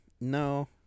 No